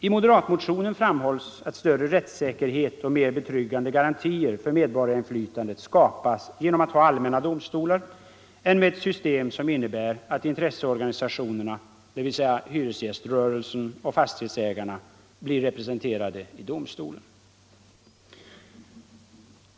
I moderatmotionen framhålls att större rättssäkerhet och mer betryggande garantier för medborgarinflytandet skapas genom att man har allmänna domstolar än med ett system som innebär att intresseorganisationerna, dvs. hy resgäströrelsen och fastighetsägarna, blir representerade i domstolen.